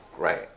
right